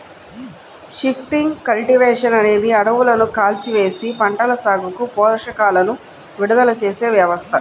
shifting cultivation అనేది అడవులను కాల్చివేసి, పంటల సాగుకు పోషకాలను విడుదల చేసే వ్యవస్థ